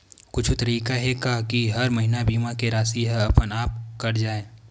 कुछु तरीका हे का कि हर महीना बीमा के राशि हा अपन आप कत जाय?